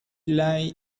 lay